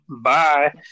Bye